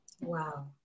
Wow